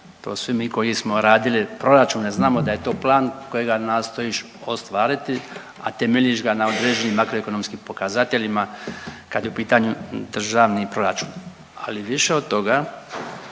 to svi mi koji smo radili proračune znamo da je to plan kojega nastojiš ostvariti, a temeljiš ga na određenim makroekonomskim pokazateljima kad je u pitanju državni proračun, ali više od toga